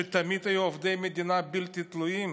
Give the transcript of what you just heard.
שתמיד היו עובדי מדינה בלתי תלויים,